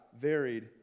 varied